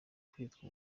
kwitwa